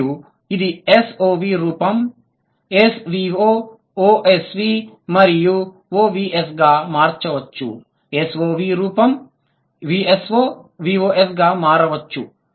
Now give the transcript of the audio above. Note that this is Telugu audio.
మరియు ఇది SOV రూపం SVO OSV మరియు OVS గా మారవచ్చు SVO రూపం VSO VOS గా మారవచ్చు